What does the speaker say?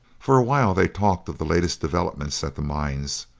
for a while they talked of the latest developments at the mines,